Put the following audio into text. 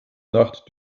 nacht